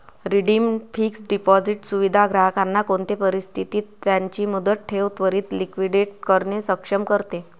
redeemed fixed deposit सुविधा ग्राहकांना कोणते परिस्थितीत त्यांची मुदत ठेव त्वरीत लिक्विडेट करणे सक्षम करते